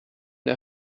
der